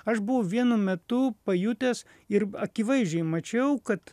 aš buvau vienu metu pajutęs ir akivaizdžiai mačiau kad